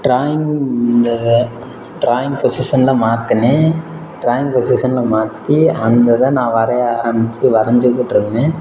drawing இந்த drawing பொசிஷனில் மாற்றினேன் ட்ராயிங் பொசிஷனில் மாற்றி அந்த இதை நான் வரைய ஆரமித்து வரைஞ்சுகிட்டிருந்தேன்